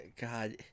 God